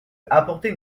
apporter